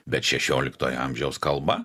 bet šešioliktojo amžiaus kalba